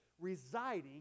residing